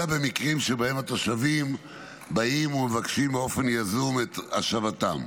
אלא במקרים שבהם התושבים באים ומבקשים באופן יזום את השבתם.